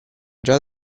già